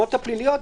בעבירות הפליליות,